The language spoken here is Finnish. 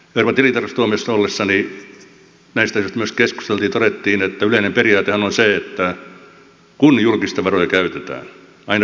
euroopan tilintarkastustuomioistuimessa ollessani näistä asioista myös keskusteltiin ja todettiin että yleinen periaatehan on se että kun julkisia varoja käytetään aina pitää olla kolme asiaa